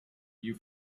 you